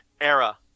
era